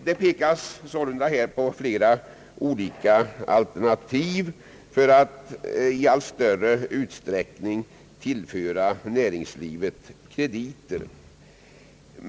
Det pekas sålunda här på flera olika alternativ för att i allt större utsträckning tillföra näringslivet krediter.